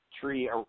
Tree